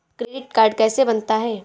Credit card कैसे बनता है?